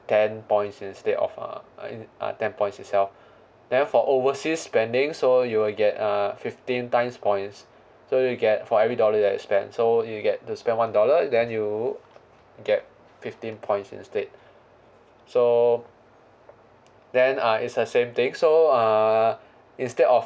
ten points instead of uh err uh ten points itself then for overseas spending so you will get uh fifteen times points so you get for every dollar that you spend so you get to spend one dollar then you get fifteen points instead so then uh it's the same thing so uh instead of